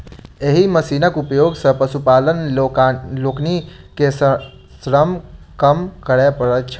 एहि मशीनक उपयोग सॅ पशुपालक लोकनि के श्रम कम करय पड़ैत छैन